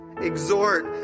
Exhort